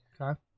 Okay